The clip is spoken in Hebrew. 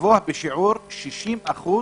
גבוה בשיעור 60%